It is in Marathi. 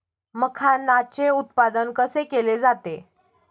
मखाणाचे उत्पादन कसे केले जाते?